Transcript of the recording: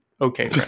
okay